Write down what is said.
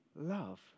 love